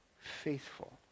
faithful